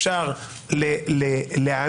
אפשר להרתיע,